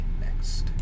next